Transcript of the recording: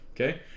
okay